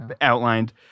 outlined